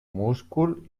múscul